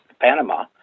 panama